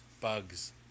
bugs